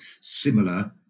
similar